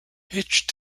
hitch